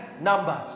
numbers